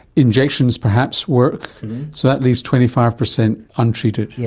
injections perhaps work, so that leaves twenty five percent untreated. yes,